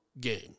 game